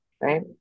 right